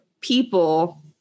people